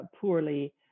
poorly